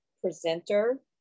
presenter